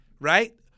right